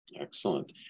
Excellent